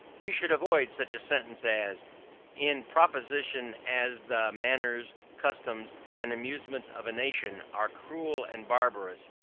we should avoid such a sentence as in proportion as the manners, customs, and amusements of a nation are cruel and barbarous,